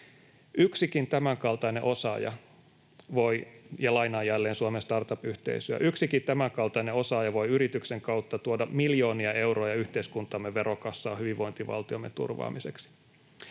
”Yksikin tämänkaltainen osaaja voi yrityksen kautta tuoda miljoonia euroja yhteiskuntamme verokassaan hyvinvointivaltiomme turvaamiseksi.”